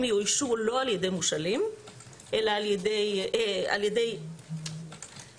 יאוישו לא על ידי מושאלים אלא על ידי אזרחים.